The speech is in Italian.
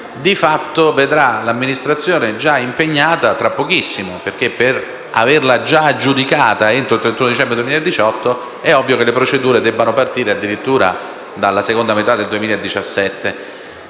di fatto vedrà l'amministrazione tra pochissimo già impegnata perché, per averla già aggiudicata entro il 31 dicembre 2018, è ovvio che le procedure dovranno partire addirittura dalla seconda metà del 2017.